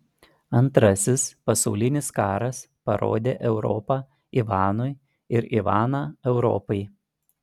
antrasis pasaulinis karas parodė europą ivanui ir ivaną europai